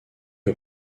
vas